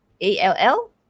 A-L-L